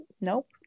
nope